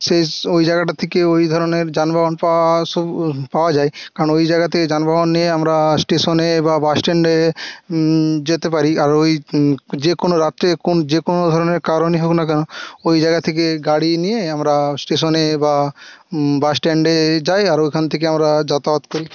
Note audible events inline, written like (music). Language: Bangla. শেষ ওই জায়গাটা থেকে ওই ধরণের যানবাহন পাওয়া (unintelligible) পাওয়া যায় কারণ ওই জায়গা থেকে যানবাহন নিয়ে আমরা স্টেশনে বা বাস স্ট্যান্ডে যেতে পারি আর ওই যে কোনো রাত্রে (unintelligible) যে কোনো ধরণের কারণই হোক না কেন ওই জায়গা থেকে গাড়ি নিয়ে আমরা স্টেশনে বা বাস স্ট্যান্ডে যাই আর ওইখান থেকে আমরা যাতায়াত করি